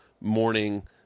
morning